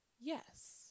Yes